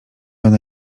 ona